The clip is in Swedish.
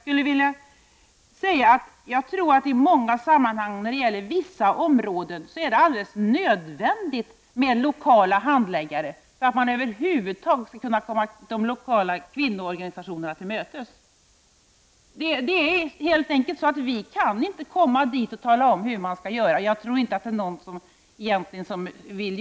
Men i många sammanhang är det på vissa områden alldeles nödvändigt med lokala handläggare för att man över huvud taget skall kunna gå de lokala kvinnoorganisationerna till mötes. Vi kan alltså helt enkelt inte komma dit och tala om hur man skall göra. Men jag tror heller inte att det egentligen är någon som vill ha det så.